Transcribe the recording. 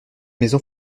maison